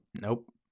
Nope